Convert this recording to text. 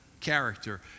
character